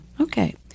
okay